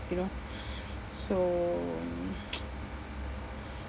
you know so mm